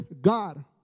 God